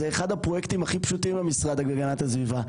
זה אחד הפרויקטים הכי פשוטים במשרד להגנת הסביבה.